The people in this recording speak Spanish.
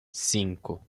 cinco